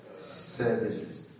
services